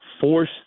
force